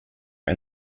and